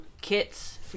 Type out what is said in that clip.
kits